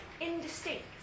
indistinct